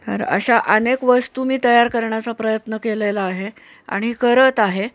तर अशा अनेक वस्तू मी तयार करण्याचा प्रयत्न केलेला आहे आणि करत आहे